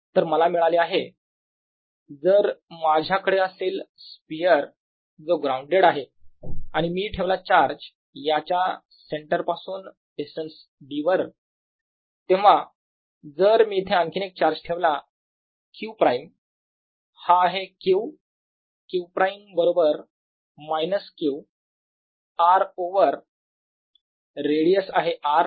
तर मला मिळाले आहे जर माझ्याकडे असेल स्पियर जो ग्राऊंडेड आहे आणि मी ठेवला चार्ज याच्या सेंटर पासून डिस्टन्स d वर तेव्हा जर मी इथे आणखी एक चार्ज ठेवला q′ हा आहे q q′ बरोबर minus q R over dq−q radius आहे R